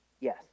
yes